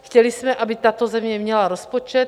Chtěli jsme, aby tato země měla rozpočet.